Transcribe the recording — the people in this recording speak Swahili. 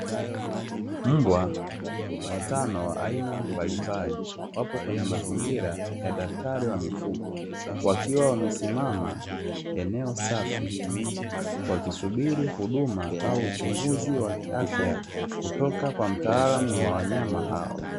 Mbwa watano wa aina mbalimbali wapo kwenye mazingira ya daktari wa mifugo, wakiwa wamesimama eneo safi wakisubiri huduma au uchunguzi wa kiafya kutoka mtaalamu wa wanyama hao.